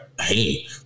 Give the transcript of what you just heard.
Hey